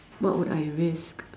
what would I risk